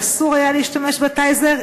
שאסור היה להשתמש ב"טייזר",